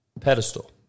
pedestal